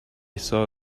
saw